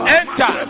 enter